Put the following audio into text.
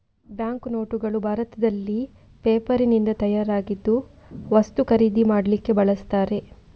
bank ನೋಟುಗಳು ಭಾರತದಲ್ಲಿ ಪೇಪರಿನಿಂದ ತಯಾರಾಗಿದ್ದು ವಸ್ತು ಖರೀದಿ ಮಾಡ್ಲಿಕ್ಕೆ ಬಳಸ್ತಾರೆ